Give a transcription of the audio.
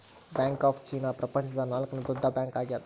bank of China ಪ್ರಪಂಚದ ನಾಲ್ಕನೆ ದೊಡ್ಡ ಬ್ಯಾಂಕ್ ಆಗ್ಯದ